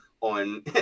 on